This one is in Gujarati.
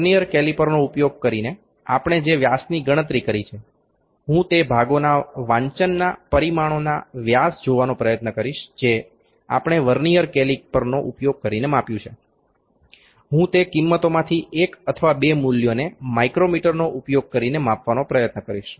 વર્નીઅર કેલિપરનો ઉપયોગ કરીને આપણે જે વ્યાસની ગણતરી કરી છે હું તે ભાગોના વાંચનના પરિમાણોના વ્યાસ જોવાનો પ્રયત્ન કરીશ જે આપણે વર્નીઅર કેલિપરનો ઉપયોગ કરીને માપ્યું છે હું તે કિંમતોમાંથી એક અથવા બે મૂલ્યોને માઇક્રોમીટરનો ઉપયોગ કરીને માપવાનો પ્રયત્ન કરીશ